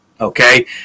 Okay